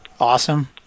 awesome